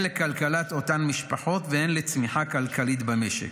לכלכלת אותן משפחות והן לצמיחה כלכלית במשק.